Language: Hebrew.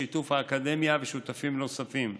בשיתוף האקדמיה ושותפים נוספים.